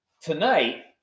tonight